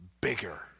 bigger